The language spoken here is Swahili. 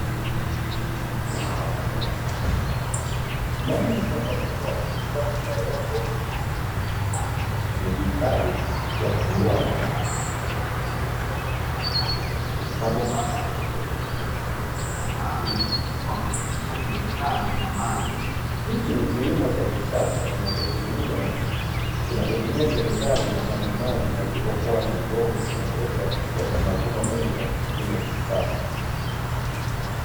Ndani ya shamba kubwa la kisasa yako mabomba yaliyo lazwa kwenye vitalu, yakiwa na mboga zinazotokezea kwenye matundu, mabomba hayo yakiwa yameunganishwa na mfumo maalumu wa kupitisha kemikali na maji, hiki ni kilimo cha kisasa, kinacho tumia kemikali na maji maji pasipo kuwa na udongo kinacholeta tija na mavuno mengi katika kilimo cha kisasa.